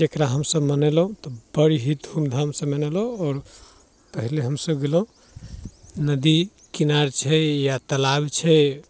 जकरा हमसभ मनेलहुँ तऽ बड़ी ही धूमधामसँ मनेलहुँ आओर पहिले हमसभ गेलहुँ नदी किनार छै या तालाब छै